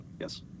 Yes